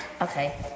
Okay